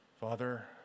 father